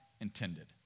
intended